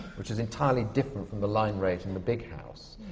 which was entirely different from the line rate in the big house.